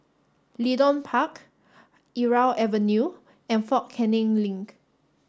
Leedon Park Irau Avenue and Fort Canning Link